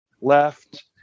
left